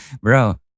Bro